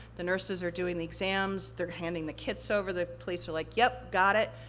the nurses are doing the exams, they're handing the kits over, the police are like, yep, got it.